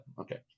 Okay